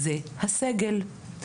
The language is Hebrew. זה הסגל.